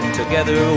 together